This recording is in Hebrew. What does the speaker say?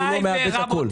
כדי שהוא לא יאבד את הכל.